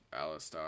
Alistar